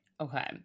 Okay